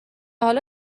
حالا